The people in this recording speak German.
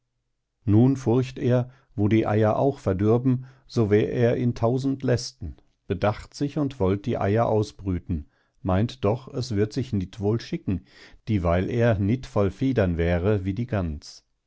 nun furcht er wo die eier auch verdürben so wär er in tausend lästen bedacht sich und wollt die eier ausbrüten meint doch es würd sich nit wohl schicken dieweil er nit voll federn wäre wie die gans